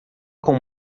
com